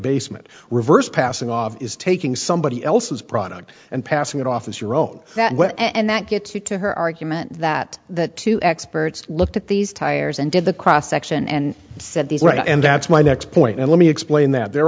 basement reversed passing off is taking somebody else's product and passing it off as your own that way and that gets you to her argument that that two experts looked at these tires and did the cross section and said these were and that's my next point and let me explain that there